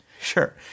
sure